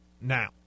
now